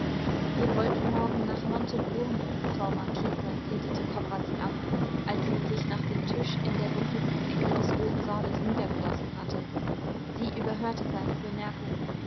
wir wollten morgen nach montebuoni frau marchesa redete konrad sie an als sie sich nach tisch in der dunkelsten ecke des roten saales niedergelassen hatte sie überhörte seine bemerkung